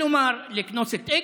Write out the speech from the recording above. כלומר, לקנוס את x,